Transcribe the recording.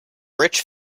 rich